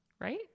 right